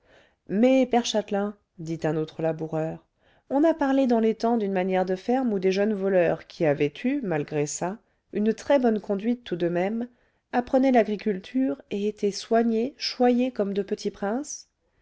mais père châtelain dit un autre laboureur on a parlé dans les temps d'une manière de ferme où des jeunes voleurs qui avaient eu malgré ça une très-bonne conduite tout de même apprenaient l'agriculture et étaient soignés choyés comme de petits princes